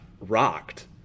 rocked